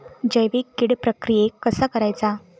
जैविक कीड प्रक्रियेक कसा करायचा?